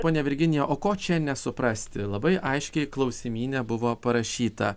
ponia virginija o ko čia nesuprasti labai aiškiai klausimyne buvo parašyta